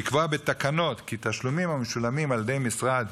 לקבוע בתקנות כי תשלומים המשולמים על ידי משרד